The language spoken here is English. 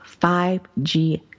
5G